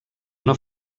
una